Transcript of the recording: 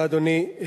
תודה, אדוני.